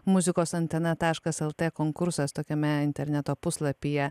muzikos antena taškas el t konkursas tokiame interneto puslapyje